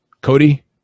cody